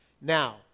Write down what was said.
Now